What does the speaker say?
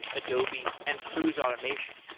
adobe and cruise automation.